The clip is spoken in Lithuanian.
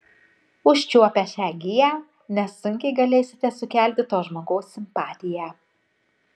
užčiuopę šią giją nesunkiai galėsite sukelti to žmogaus simpatiją